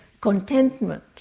contentment